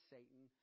Satan